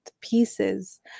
pieces